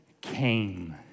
came